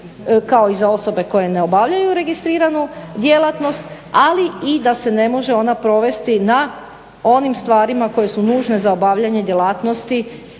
kao i za osobe koje ne obavljaju registriranu djelatnost ali i da se ne može ona provesti na onim stvarima koje su nužne za obavljanje djelatnosti